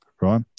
right